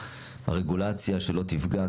והרגולציה, שלא תפגע.